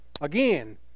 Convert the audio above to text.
Again